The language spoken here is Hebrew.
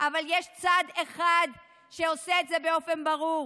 אבל יש צד אחד שעושה את זה באופן ברור,